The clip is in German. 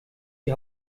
die